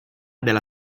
della